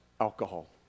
alcohol